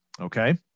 okay